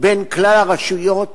בין כלל הרשויות